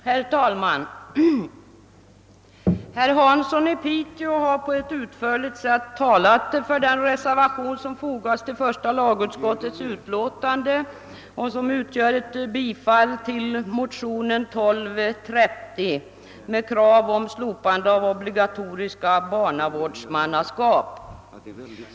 Herr talman! Herr Hansson i Piteå har på ett utförligt sätt talat för den reservation som fogats till första lagutskottets utlåtande och som innebär bifall till motionen II: 1230 med krav på slopande av obligatoriska barnavårdsmannaskap.